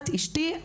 את אשתי,